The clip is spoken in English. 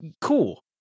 cool